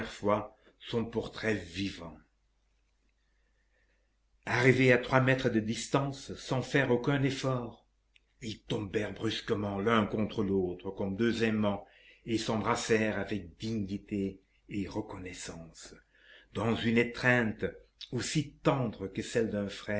première fois son portrait vivant arrivés à trois mètres de distance sans faire aucun effort ils tombèrent brusquement l'un contre l'autre comme deux aimants et s'embrassèrent avec dignité et reconnaissance dans une étreinte aussi tendre que celle d'un